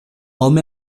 hom